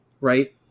Right